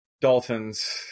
Dolphins